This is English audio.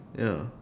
ya